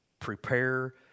Prepare